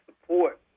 support